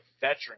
veteran